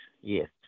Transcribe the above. yes